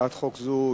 הצעת חוק זו,